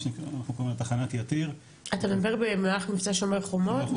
אנחנו קוראים לה תחנת יתיר --- אתה מדבר במהלך מבצע שומר חומות?